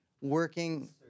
working